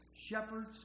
shepherds